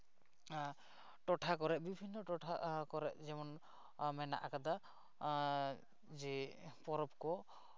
ᱴᱚᱴᱷᱟ ᱠᱚᱨᱮᱫ ᱵᱤᱵᱷᱤᱱᱱᱚ ᱴᱚᱴᱷᱟ ᱠᱚᱨᱮᱫ ᱡᱮᱢᱚᱱ ᱢᱮᱱᱟᱜ ᱠᱟᱫᱟ ᱟᱨ ᱡᱮ ᱯᱚᱨᱚᱵᱽ ᱠᱚ